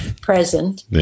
present